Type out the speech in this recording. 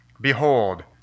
Behold